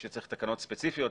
צריך תקנות ספציפיות.